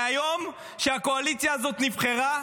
מהיום שהקואליציה הזאת נבחרה,